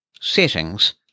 settings